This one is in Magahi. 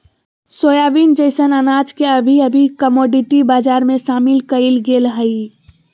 सोयाबीन जैसन अनाज के अभी अभी कमोडिटी बजार में शामिल कइल गेल हइ